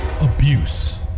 abuse